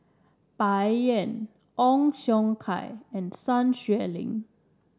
Bai Yan Ong Siong Kai and Sun Xueling